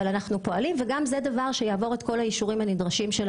אבל בכל מקרה אנחנו פועלים בנושא בכפוף לאישור המדינה.